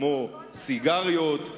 כמו סיגריות,